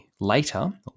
later